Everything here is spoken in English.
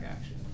action